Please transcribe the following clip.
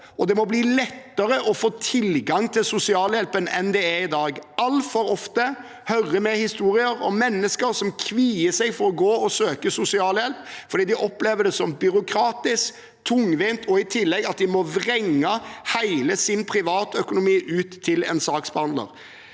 det må bli lettere å få tilgang til sosialhjelp enn det er i dag. Altfor ofte hører vi historier om mennesker som kvier seg for å gå og søke sosialhjelp, fordi de opplever det som byråkratisk og tungvint, og fordi de i tillegg må vrenge ut hele sin privatøkonomi for en saksbehandler.